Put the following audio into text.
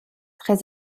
très